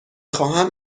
خواهم